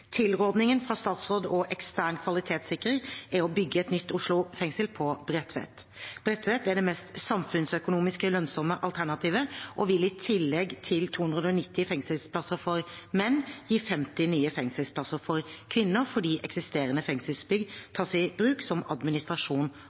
fra statsråd og ekstern kvalitetssikrer er å bygge et nytt Oslo fengsel på Bredtvet. Bredtvet er det mest samfunnsøkonomisk lønnsomme alternativet og vil, i tillegg til 290 fengselsplasser for menn, gi 50 nye fengselsplasser for kvinner fordi eksisterende fengselsbygg tas i bruk som administrasjon